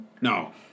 No